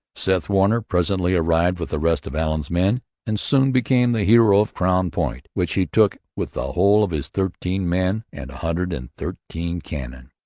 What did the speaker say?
seth warner presently arrived with the rest of allen's men and soon became the hero of crown point, which he took with the whole of its thirteen men and a hundred and thirteen cannon.